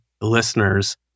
listeners